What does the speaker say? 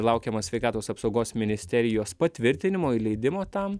laukiama sveikatos apsaugos ministerijos patvirtinimo ir leidimo tam